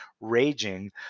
raging